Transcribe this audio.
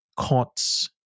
Cots